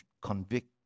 convict